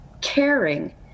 caring